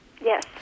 Yes